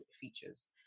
features